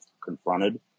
confronted